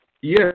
Yes